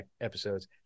episodes